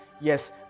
yes